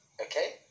okay